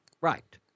Right